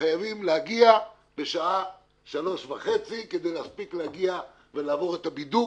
וחייבים להגיע בשעה שלוש וחצי כדי להספיק להגיע ולעבור את הבידוק,